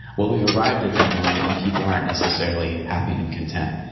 well, we've arrived at that moment, and people aren't necessarily happy and content,